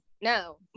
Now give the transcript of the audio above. no